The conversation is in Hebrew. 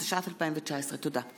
התשע"ט 2019. תודה.